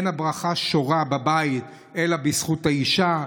אין הברכה שורה בבית אלא בזכות האישה.